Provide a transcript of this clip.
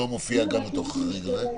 לא מופיע גם בתוך החריג הזה?